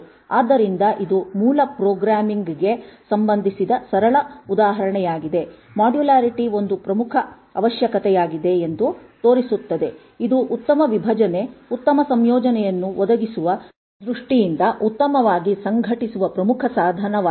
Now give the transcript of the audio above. ಆದ್ದರಿಂದ ಇದು ಮೂಲ ಪ್ರೋಗ್ರಾಮಿಂಗ್ಗೆ ಸಂಬಂಧಿಸಿದ ಸರಳ ಉದಾಹರಣೆಯಾಗಿದೆ ಮಾಡ್ಯುಲ್ಯಾರಿಟಿ ಒಂದು ಪ್ರಮುಖ ಅವಶ್ಯಕತೆಯಾಗಿದೆ ಎಂದು ತೋರಿಸುತ್ತದೆ ಇದು ಉತ್ತಮ ವಿಭಜನೆ ಉತ್ತಮ ಸಂಯೋಜನೆಯನ್ನು ಒದಗಿಸುವ ದೃಷ್ಟಿಯಿಂದ ಉತ್ತಮವಾಗಿ ಸಂಘಟಿಸುವ ಪ್ರಮುಖ ಸಾಧನವಾಗಿದೆ